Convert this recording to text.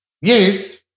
yes